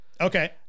Okay